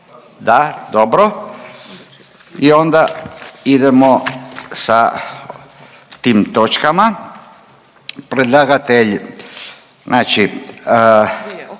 Da. Dobro. I onda idemo sa tim točkama. Predlagatelj, znači,